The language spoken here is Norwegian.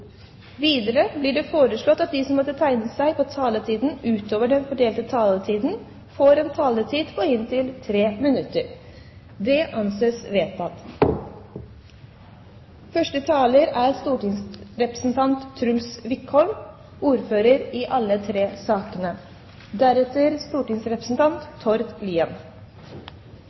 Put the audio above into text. Videre blir det foreslått at de som måtte tegne seg på talerlisten utover den fordelte taletiden, får en taletid på inntil 3 minutter. – Det anses vedtatt. I